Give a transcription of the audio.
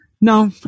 No